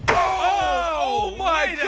oh my